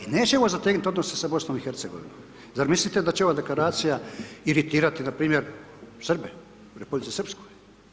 I nećemo zategnuti odnose sa BiH-om, zar mislite da će ova deklaracija iritirati npr. Srbe u republici Srpskoj?